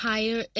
Higher